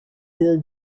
your